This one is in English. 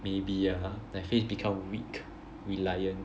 maybe ah my face become weak reliant